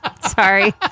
Sorry